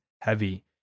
heavy